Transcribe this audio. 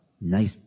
nice